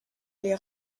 les